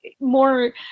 More